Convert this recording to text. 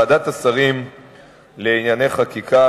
ועדת השרים לענייני חקיקה,